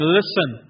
listen